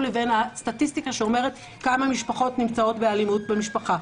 לבין הסטטיסטיקה שאומרת כמה משפחות נמצאות באלימות במשפחה.